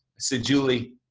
so, julie,